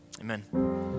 Amen